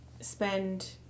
spend